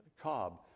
Cobb